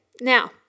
now